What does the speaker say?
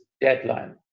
deadline